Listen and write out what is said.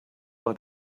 try